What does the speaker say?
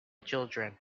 children